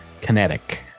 kinetic